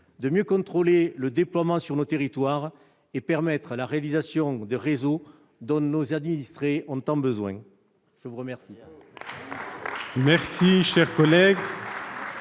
mieux contrôler le déploiement sur nos territoires et permettre la réalisation des réseaux dont nos administrés ont tant besoin. L'amendement